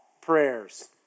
prayers